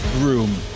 room